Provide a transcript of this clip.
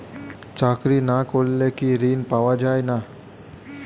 চাকরি না করলে কি ঋণ পাওয়া যায় না?